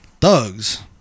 thugs